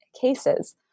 cases